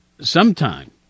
sometime